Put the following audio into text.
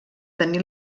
tenir